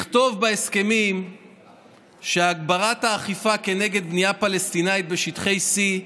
לכתוב בהסכמים הגברת האכיפה נגד בנייה פלסטינית בשטחי C,